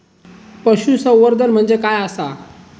पशुसंवर्धन म्हणजे काय आसा?